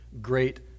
great